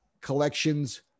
collections